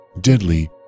deadly